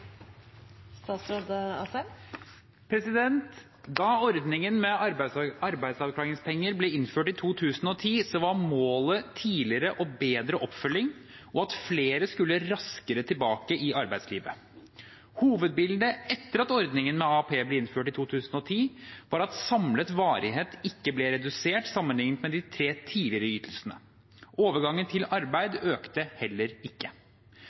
Da ordningen med arbeidsavklaringspenger ble innført i 2010, var målet tidligere og bedre oppfølging, og at flere skulle raskere tilbake til arbeidslivet. Hovedbildet etter at ordningen med AAP ble innført i 2010, var at samlet varighet ikke ble redusert sammenliknet med de tre tidligere ytelsene. Overgangen til arbeid økte heller ikke.